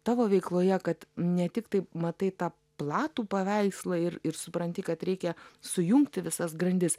tavo veikloje kad ne tik taip matai tą platų paveikslą ir ir supranti kad reikia sujungti visas grandis